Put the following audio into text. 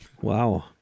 Wow